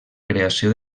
creació